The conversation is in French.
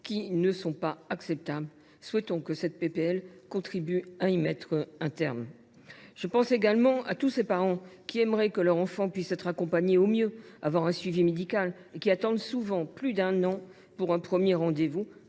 qui ne sont pas acceptables. Souhaitons que cette proposition de loi y mette un terme. Nous pensons également à tous ces parents qui aimeraient que leur enfant puisse être accompagné du mieux possible, bénéficier d’un suivi médical, et qui attendent souvent plus d’un an pour un premier rendez vous,